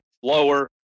slower